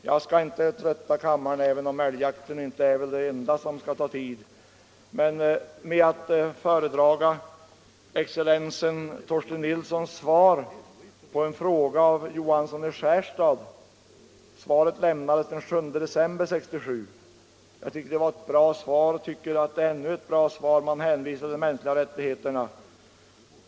Jag skall inte trötta kammaren länge —- även om älgjakten inte är det enda som får ta tid — med att föredraga excellensen Torsten Nilssons svar på en fråga av herr Johansson i Skärstad. Svaret lämnades den 7 december 1967. Jag tycker det var ett bra svar, och jag tycker ännu att det är ett bra svar att hänvisa till de mänskliga rättigheterna.